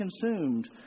consumed